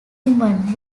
women